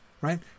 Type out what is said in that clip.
Right